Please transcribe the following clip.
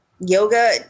Yoga